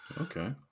Okay